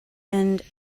and